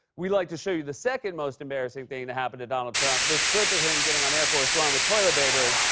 we'd like to show you the second most embarrassing thing to happen to donald trump, this clip of him getting on air force one with toilet paper